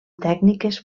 tècniques